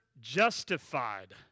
justified